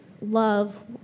Love